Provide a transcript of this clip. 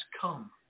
come